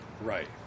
Right